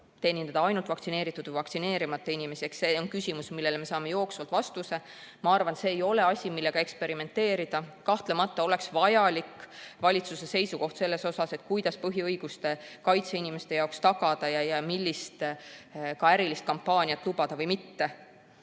teenindada ainult vaktsineeritud või vaktsineerimata inimesi. See on küsimus, millele me saame jooksvalt vastuse. Ma arvan, et see ei ole asi, millega eksperimenteerida. Kahtlemata oleks siin vaja valitsuse seisukohta, kuidas põhiõiguste kaitse inimeste jaoks tagada ning millist ärilist kampaaniat lubada ja millist